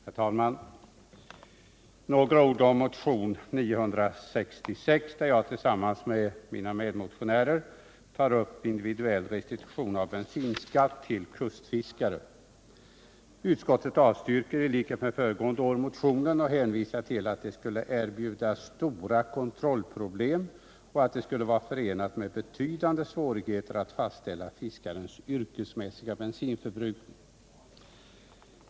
Herr talman! Några ord om motionen 966, där jag och mina medmotionärer tar upp frågan om individuell restitution av bensinskatt till kustfiskare. Utskottet avstyrker i likhet med föregående år motionen och hänvisar till att det skulle erbjuda stora kontrollproblem och att det skulle vara förenat med betydande svårigheter att fastställa fiskarens yrkesmässiga bensinförbrukning.